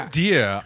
dear